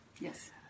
Yes